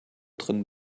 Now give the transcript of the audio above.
drinnen